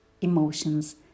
emotions